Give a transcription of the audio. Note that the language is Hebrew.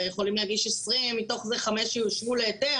הרי יכולים להגיש 20 ומתוך זה חמש יאושרו להיתר